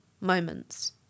moments